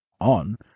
on